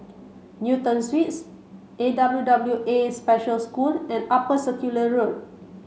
Newton Suites A W W A Special School and Upper Circular Road